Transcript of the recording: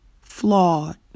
flawed